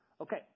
Okay